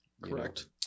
Correct